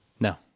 No